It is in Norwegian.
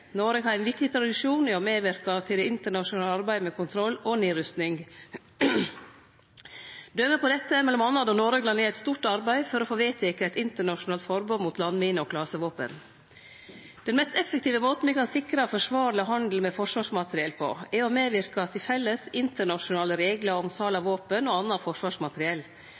Noreg har ein viktig tradisjon i å medverke til det internasjonale arbeidet med kontroll og nedrusting. Døme på dette er m.a. då Noreg la ned eit stort arbeid for å få vedteke eit internasjonalt forbod mot landminer og klasevåpen. Den mest effektive måten me kan sikre forsvarleg handel med forsvarsmateriell på, er å medverke til felles internasjonale reglar om sal av våpen og anna forsvarsmateriell.